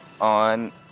on